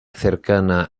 cercana